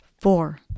four